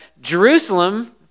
Jerusalem